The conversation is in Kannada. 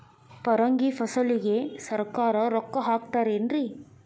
ಪರಂಗಿ ಫಸಲಿಗೆ ಸರಕಾರ ರೊಕ್ಕ ಹಾಕತಾರ ಏನ್ರಿ?